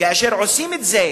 כאשר עושים את זה,